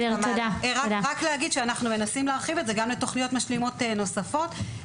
אנחנו מנסים להרחיב את זה גם לתוכניות משלימות נוספות,